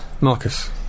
Marcus